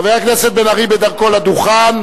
חבר הכנסת בן-ארי בדרכו לדוכן.